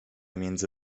między